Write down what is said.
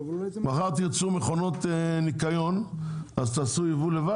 מחר תרצו מכונות ניקיון אז תעשו לבד?